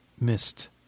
missed